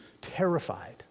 terrified